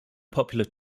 popular